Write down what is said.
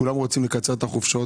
כולם רוצים לקצר את החופשות,